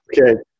Okay